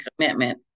commitment